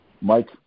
Mike